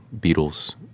Beatles